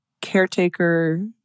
caretaker